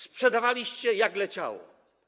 Sprzedawaliście, jak leciało.